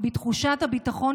בתחושת הביטחון,